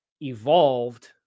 evolved